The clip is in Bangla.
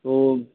তো